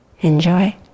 Enjoy